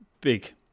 big